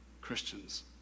Christians